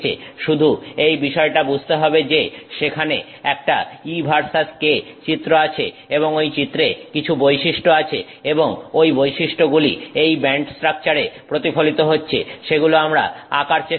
শুধু এই বিষয়টা বুঝতে হবে যে সেখানে একটা E ভার্সেস k চিত্র আছে এবং ঐ চিত্রে কিছু বৈশিষ্ট্য আছে এবং ঐ বৈশিষ্ট্যগুলি এই ব্যান্ড স্ট্রাকচারে প্রতিফলিত হচ্ছে সেগুলো আমরা আঁকার চেষ্টা করব